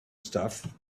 stuff